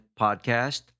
podcast